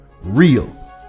Real